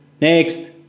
Next